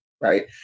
right